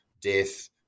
death